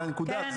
בנקודה הזאת,